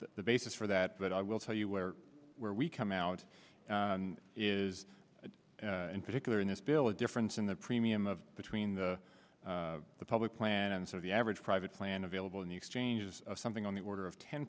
the basis for that but i will tell you where where we come out is in particular in this bill a difference in the premium of between the public plan and so the average private plan available in the exchange is something on the order of ten